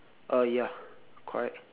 uh ya correct